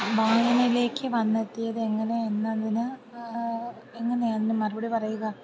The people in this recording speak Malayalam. വായനയിലേക്ക് വന്നെത്തിയത് എങ്ങനെ എന്നതിന് എങ്ങനെയാണ് അതിന് മറുപടി പറയുക